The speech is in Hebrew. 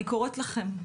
אני קוראת לכם,